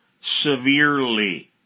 severely